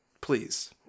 Please